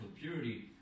purity